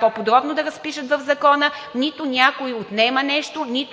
по-подробно да разпишат в Закона. Нито някой отнема нещо, нито